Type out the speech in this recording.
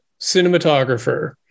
cinematographer